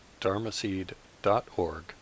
dharmaseed.org